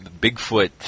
Bigfoot